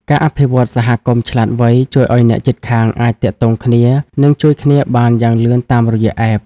ការអភិវឌ្ឍ "សហគមន៍ឆ្លាតវៃ" ជួយឱ្យអ្នកជិតខាងអាចទាក់ទងគ្នា និងជួយគ្នាបានយ៉ាងលឿនតាមរយៈ App ។